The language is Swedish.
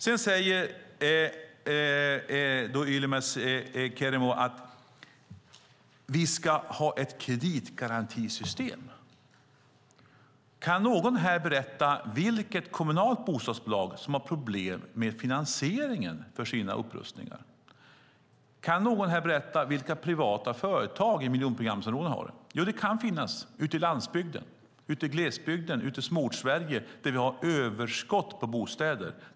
Yilmaz Kerimo säger att vi ska ha ett kreditgarantisystem. Kan någon här berätta vilket kommunalt bostadsbolag som har problem med finansieringen av sina upprustningar? Kan någon här berätta vilka privata företag i miljonprogramsområdena som har det? Jo, det kan finnas ute i landsbygden, i glesbygden och i Småortssverige där det finns ett överskott på bostäder.